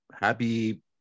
Happy